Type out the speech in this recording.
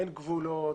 אין גבולות,